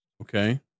Okay